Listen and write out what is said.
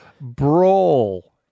brawl